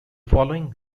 following